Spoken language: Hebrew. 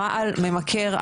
רעל ממכר.